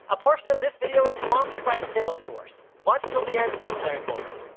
a portion of this video is sponsored by salesforce. watch till the end to learn more.